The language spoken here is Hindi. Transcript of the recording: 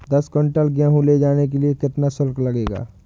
दस कुंटल गेहूँ ले जाने के लिए कितना शुल्क लगेगा?